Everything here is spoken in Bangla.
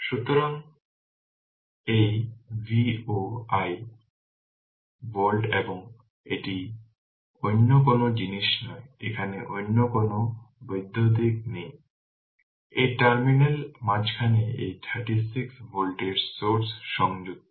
সুতরাং এবং এটি vol ভোল্ট এবং এটি অন্য কোন জিনিস নয় এখানে অন্য কোন বৈদ্যুতিক নেই রেফার টাইম 1036 এই টার্মিনালের মাঝখানে এই 36 ভোল্টের সোর্স সংযুক্ত